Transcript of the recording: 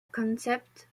concept